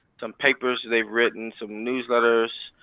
some papers they've written, some newsletters.